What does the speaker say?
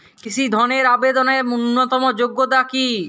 কৃষি ধনের আবেদনের ন্যূনতম যোগ্যতা কী?